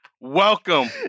Welcome